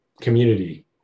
community